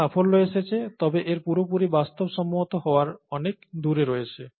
কিছু সাফল্য এসেছে তবে এটি পুরোপুরি বাস্তবসম্মত হওয়ার অনেক দূরে রয়েছে